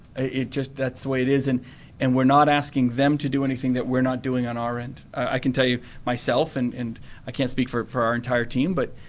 it just that's the way it is and and we're not asking them to do anything that we're not doing on our end. i can tell you, myself, and, and i can't speak for for our entire team, but,